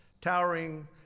towering